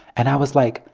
and i was like,